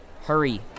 Hurry